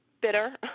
bitter